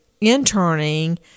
interning